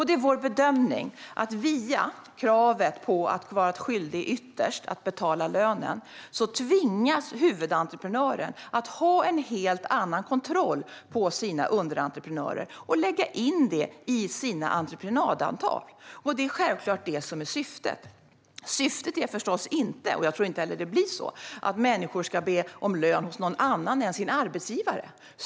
Det är vår bedömning att via kravet på att vara ytterst skyldig att betala lönen tvingas huvudentreprenören ha en helt annan kontroll på sina underentreprenörer och lägga in det i sina entreprenadavtal, och det är självklart det som är syftet. Syftet är inte - och jag tror heller inte att det blir så - att människor ska be om lön hos någon annan än sin arbetsgivare.